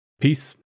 Peace